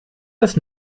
das